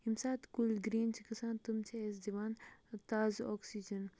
ییٚمہِ ساتہٕ کُلۍ گریٖن چھِ گَژھان تِم چھِ اَسہِ دِوان تازٕ اوکسِجَن